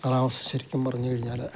കലാവസ്ഥ ശരിക്കും പറഞ്ഞു കഴിഞ്ഞാൽ